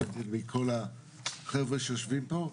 להבדיל מכל החבר'ה שיושבים פה.